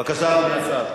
בבקשה, אדוני.